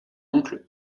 oncle